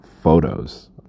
photos